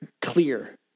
clear